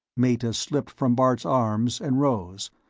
meta slipped from bart's arms and rose,